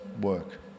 work